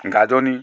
গাজনি